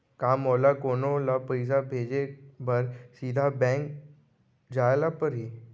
का मोला कोनो ल पइसा भेजे बर सीधा बैंक जाय ला परही?